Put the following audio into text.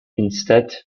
instead